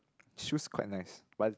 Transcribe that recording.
shoes quite nice but